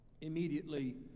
Immediately